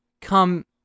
come